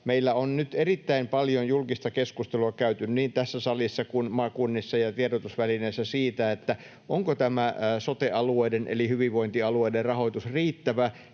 meillä on nyt erittäin paljon julkista keskustelua käyty niin tässä salissa kuin maakunnissa ja tiedotusvälineissä siitä, onko tämä sote-alueiden eli hyvinvointialueiden rahoitus riittävä,